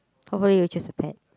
hopefully it was just a pet